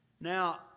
Now